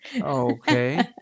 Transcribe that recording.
Okay